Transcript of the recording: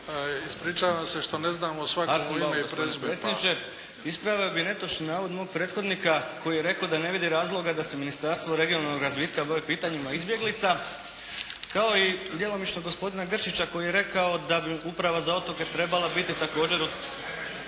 Ispričavamo se što ne znamo svakome ime i prezime.